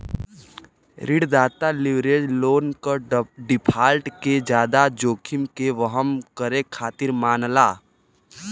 ऋणदाता leverage loan क default के जादा जोखिम के वहन करे खातिर मानला